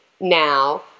now